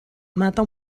mata